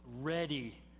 ready